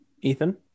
Ethan